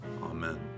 Amen